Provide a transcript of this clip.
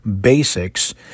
basics